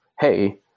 hey